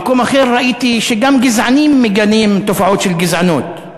במקום אחר ראיתי שגם גזענים מגנים תופעות של גזענות.